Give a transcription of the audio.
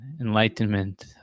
enlightenment